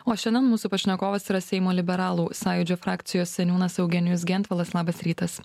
o šiandien mūsų pašnekovas yra seimo liberalų sąjūdžio frakcijos seniūnas eugenijus gentvilas labas rytas